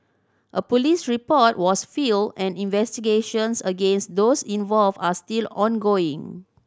a police report was filed and investigations against those involved are still ongoing